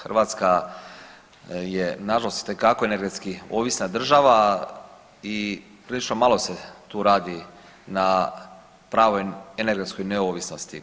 Hrvatska je nažalost itekako energetski ovisna država i prilično malo se tu radi na pravoj energetskoj neovisnosti.